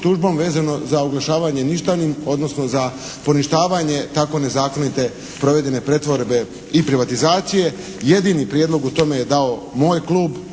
vezano za oglašavanje ništavnim odnosno za poništavanjem tako nezakonite provedene provedbe i privatizacije. Jedini prijedlog u tome je dao moj klub,